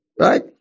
right